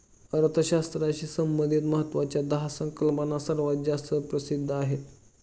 अर्थशास्त्राशी संबंधित महत्वाच्या दहा संकल्पना सर्वात जास्त प्रसिद्ध आहेत